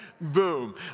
Boom